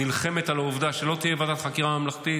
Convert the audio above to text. נלחמת על העובדה שלא תהיה ועדת חקירה ממלכתית,